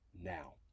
now